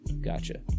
Gotcha